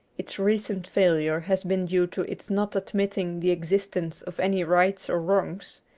its recent failure has been due to its not admitting the existence of any rights or wrongs,